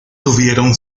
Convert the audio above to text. tuvieron